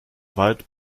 weit